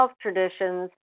Traditions